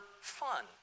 fun